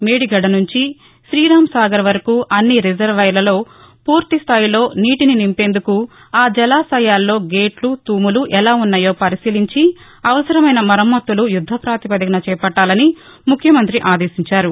మేడిగడ్డ నుంచి శ్రీరాంసాగర్ వరకు అన్ని రిజర్వాయర్లలో పూర్తిస్టాయిలో నీటిని నింపేందుకు ఆ జలాశయాల్లో గేట్లు తూములు ఎలా ఉన్నాయో పరిశీలించి అవసరమైన మరమ్మతులు యుద్గపాతిపదికన చేపట్టాలని ముఖ్యమంతి ఆదేశించారు